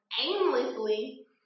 aimlessly